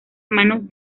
manos